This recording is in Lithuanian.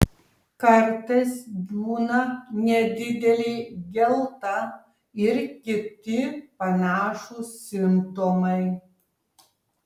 kartais būna nedidelė gelta ir kiti panašūs simptomai